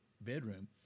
bedroom